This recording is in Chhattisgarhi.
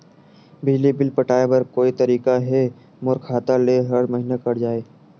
बिजली बिल पटाय बर का कोई तरीका हे मोर खाता ले हर महीना कट जाय?